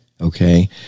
okay